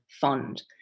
fund